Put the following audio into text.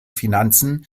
finanzen